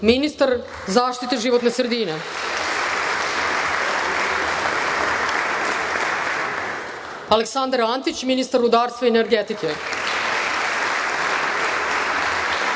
ministar zaštite životne sredine, Aleksandar Antić, ministar rudarstva i energetike,